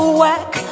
work